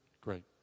Great